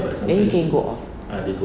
then you can go off